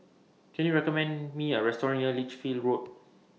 Can YOU recommend Me A Restaurant near Lichfield Road